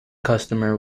customer